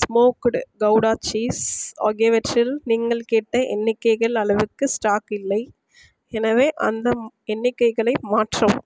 smoked gouda cheese ஆகியவற்றில் நீங்கள் கேட்ட எண்ணிக்கைகள் அளவுக்கு ஸ்டாக் இல்லை எனவே அந்த எண்ணிக்கைகளை மாற்றவும்